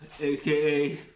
aka